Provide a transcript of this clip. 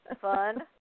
fun